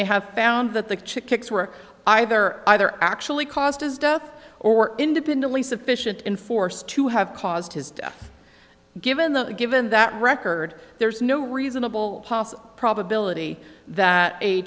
they have found that the chicks were either either actually caused his death or independently sufficient in force to have caused his death given that given that record there is no reasonable possible probability that a